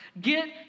Get